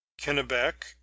Kennebec